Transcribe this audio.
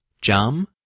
Jam